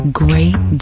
great